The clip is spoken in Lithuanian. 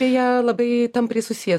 beje labai tampriai susiję